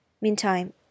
Meantime